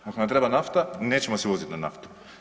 Ako nam treba nafta, nećemo se vozit na naftu.